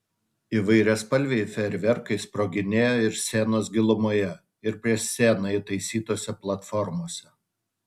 įvairiaspalviai fejerverkai sproginėjo ir scenos gilumoje ir prieš sceną įtaisytose platformose